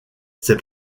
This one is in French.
ses